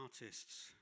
artists